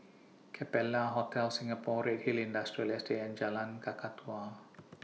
Capella Hotel Singapore Redhill Industrial Estate and Jalan Kakatua